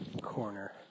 corner